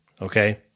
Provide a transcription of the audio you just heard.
okay